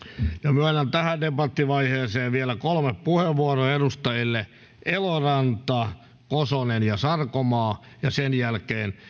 myönnän tähän debattivaiheeseen vielä kolme puheenvuoroa edustajille eloranta kosonen ja sarkomaa ja sen jälkeen